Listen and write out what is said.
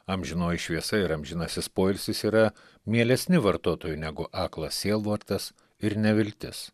amžinoji šviesa ir amžinasis poilsis yra mielesni vartotojui negu aklas sielvartas ir neviltis